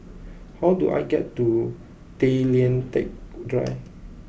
how do I get to Tay Lian Teck Drive